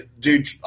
dude